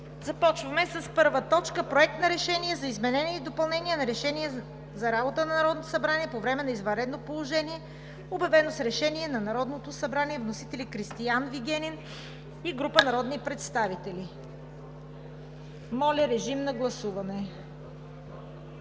Започваме с първа точка – Проект на решение за изменение и допълнение на Решение за работа на Народното събрание по време на извънредно положение, обявено с Решение на Народното събрание. Вносители – Кристиан Вигенин и група народни представители. Моля, решим на гласуване.